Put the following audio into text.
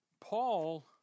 Paul